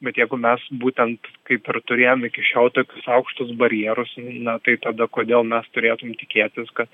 bet jeigu mes būtent kaip ir turėjom iki šiol tokius aukštus barjerus na tai tada kodėl mes turėtumėm tikėtis kad